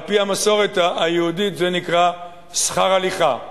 על-פי המסורת היהודית זה נקרא "שכר הליכה".